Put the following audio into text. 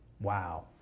Wow